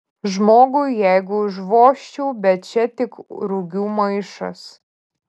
žmogui jeigu užvožčiau bet čia tik rugių maišas